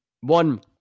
one